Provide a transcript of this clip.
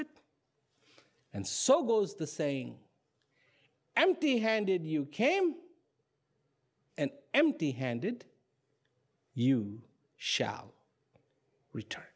it and so goes the saying empty handed you came an empty handed you shall return